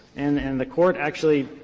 and and the court actually,